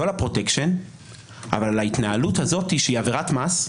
לא על הפרוטקשן אבל על ההתנהלות הזאת שהיא עבירת מס.